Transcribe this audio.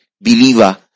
believer